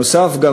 נוסף על כך,